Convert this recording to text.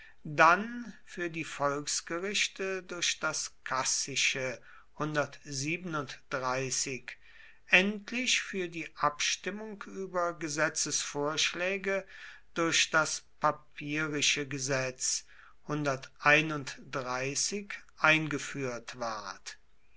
dann für die volksgerichte durch das cassische endlich für die abstimmung über gesetzvorschläge durch das papirische gesetz eingeführt ward